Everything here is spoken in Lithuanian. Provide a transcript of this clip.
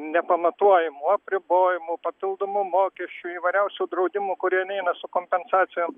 nepamatuojamų apribojimų papildomų mokesčių įvairiausių draudimų kurie neina su kompensacijom